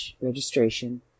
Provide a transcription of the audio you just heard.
registration